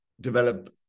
develop